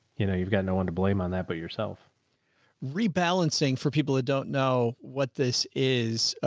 you know you've got no one to blame on that, but yourself rebalancing for people that don't know what this is, ah,